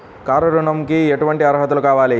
Car ఋణంకి ఎటువంటి అర్హతలు కావాలి?